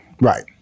Right